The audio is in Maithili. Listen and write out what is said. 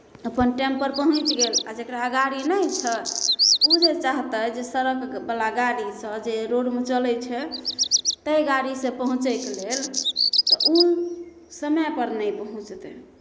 अपन टाइमपर पहुँच गेल आ जकरा गाड़ी नहि छै ओ जे चाहतै जे सड़कवला गाड़ीसँ जे रोडमे चलै छै ताहि गाड़ीसँ पहुँचैके लेल तऽ ओ समयपर नहि पहुँचतै